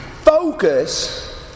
focus